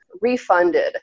Refunded